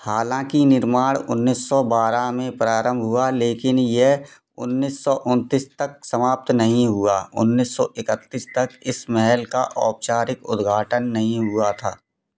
हालाँकि निर्माण उन्नीस सौ बारह में प्रारंभ हुआ लेकिन यह उन्नीस सौ उन्तीस तक समाप्त नहीं हुआ उन्नीस सौ इकतीस तक इस महल का औपचारिक उद्घाटन नहीं हुआ था